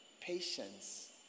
patience